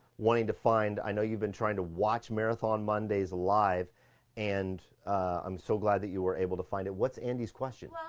wanting to find. i know you've been trying to watch marathon mondays live and i'm so glad that you were able to find it. what's andy's question? well,